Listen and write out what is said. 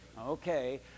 Okay